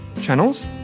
channels